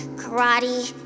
karate